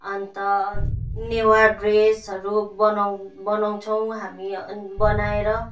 अन्त नेवार ड्रेसहरू बनाउ बनाउँछौँ हामी अनि बनाएर